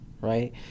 right